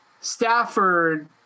Stafford